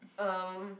um